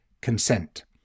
consent